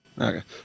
Okay